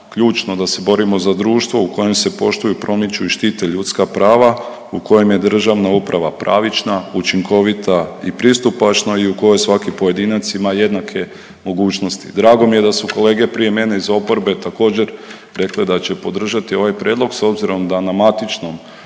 ključno da se borimo za društvo u kojem se poštuju, promiču i štite ljudska prava u kojem je državna uprava pravična, učinkovita i pristupačna i u kojoj svaki pojedinac ima jednake mogućnosti. Drago mi je da su kolege prije mene iz oporbe također rekle da će podržati ovaj prijedlog, s obzirom da na matičnom